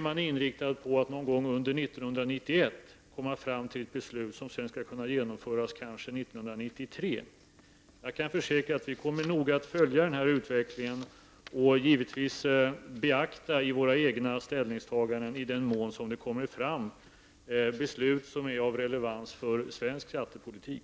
man inom EG inriktad på att någon gång under 1991 kunna fatta ett beslut som skall kunna genomföras kanske 1993. Jag kan försäkra att vi noga kommer att följa utvecklingen och givetvis vid våra egna ställningstaganden beakta beslut som är av relevans för svensk skattepolitik.